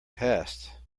past